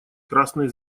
красной